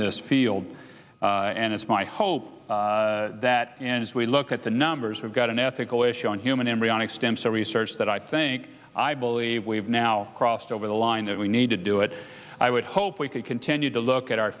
this field and it's my hope that as we look at the numbers we've got an ethical issue on human embryonic stem cell research that i think i believe we've now crossed over the line that we need to do it i would hope we could continue to look at our